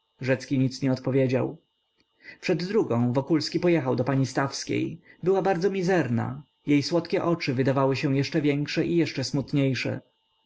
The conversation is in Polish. rzecki nic nie odpowiedział przed drugą wokulski pojechał do pani stawskiej była bardzo mizerna jej słodkie oczy wydawały się jeszcze większe i jeszcze smutniejsze